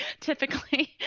typically